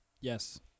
Yes